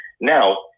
Now